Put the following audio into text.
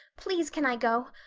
please can i go?